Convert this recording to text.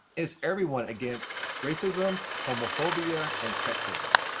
it's everyone against racism, homophobia, and sexism,